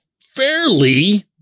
fairly